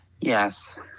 yes